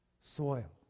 soil